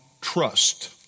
trust